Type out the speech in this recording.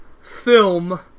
film